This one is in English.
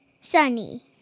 Sunny